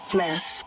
Smith